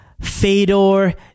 fedor